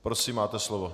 Prosím, máte slovo.